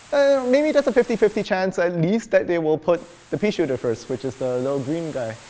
maybe there's a fifty fifty chance at least that they will put the pea shooter first, which is the little green guy.